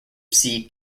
sea